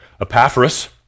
Epaphras